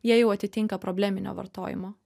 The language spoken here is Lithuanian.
jie jau atitinka probleminio vartojimo